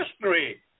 history